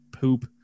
poop